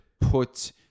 put